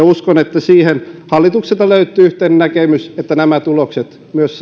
uskon että siihen hallitukselta löytyy yhteinen näkemys että nämä tulokset myös